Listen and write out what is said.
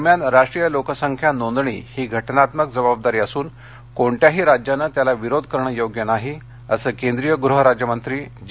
दरम्यान राष्ट्रीय लोकसंख्या नोंदणी ही घटनात्मक जबाबदारी असून कोणत्याही राज्यानं त्याला विरोध करणं योग्य नाही असं केंद्रीय गृहराज्यमंत्री जी